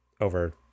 over